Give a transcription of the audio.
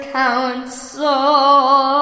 council